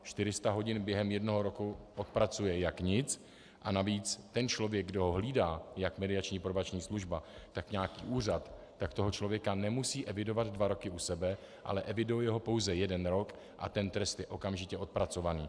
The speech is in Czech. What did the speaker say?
400 hodin během jednoho roku odpracuje jak nic a navíc ten člověk, kdo ho hlídá, jak mediační, tak probační služba, tak nějaký úřad, tak toho člověka nemusí evidovat dva roky u sebe, ale eviduje ho pouze jeden rok a ten trest je okamžitě odpracovaný.